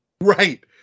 Right